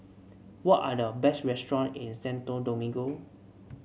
what are the best restaurants in Santo Domingo